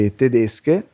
tedesche